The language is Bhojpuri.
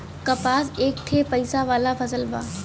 कपास एक ठे पइसा वाला फसल बा